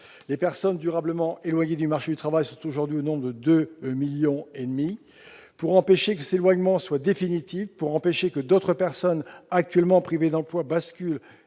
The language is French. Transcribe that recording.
Les personnes durablement éloignées du marché du travail sont aujourd'hui au nombre de 2,5 millions. Pour empêcher que cet éloignement soit définitif, pour empêcher que d'autres personnes actuellement privées d'emploi basculent